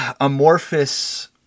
amorphous